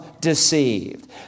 deceived